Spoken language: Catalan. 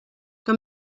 que